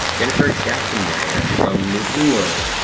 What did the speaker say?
jennifer gatzenmeyer from new england.